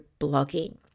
blogging